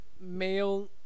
male